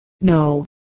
no